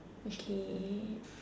okay